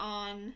on